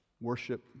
Worship